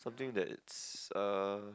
something that it's uh